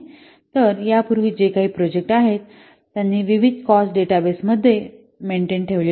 तर यापूर्वी जे काही प्रोजेक्ट आहेत त्यांनी विविध कॉस्ट डेटाबेसमध्ये मेंटेन ठेवली पाहिजे